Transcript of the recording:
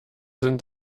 sind